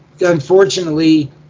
unfortunately